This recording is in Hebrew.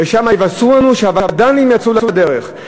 ושם יבשרו לנו שהווד"לים יצאו לדרך,